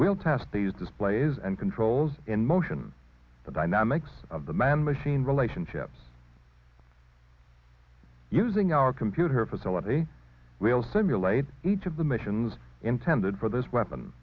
we'll test these displays and controls in motion the dynamics of the man machine relationships using our computer facility we'll simulate each of the missions intended for this weapon